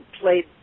played